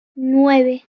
nueve